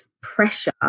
pressure